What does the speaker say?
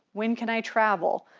when can i travel,